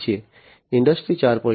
industry 4